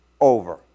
over